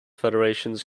federations